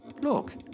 Look